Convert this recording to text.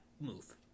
move